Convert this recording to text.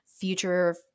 future